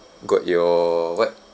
got your what